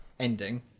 ending